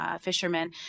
fishermen